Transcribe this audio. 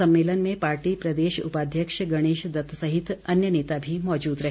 सम्मेलन में पार्टी प्रदेश उपाध्यक्ष गणेश दत्त सहित अन्य नेता भी मौजूद रहे